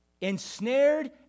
Ensnared